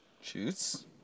Shoots